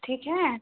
ठीक है